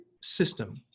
system